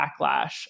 backlash